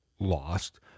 lost